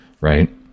right